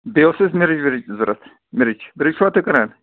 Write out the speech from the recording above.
بیٚیہِ اوس اسہِ مِرٕچ وِرٕچ تہِ ضوٚرَتھ مِرٕچ مِرٕچ چھِوا تُہۍ کٕنان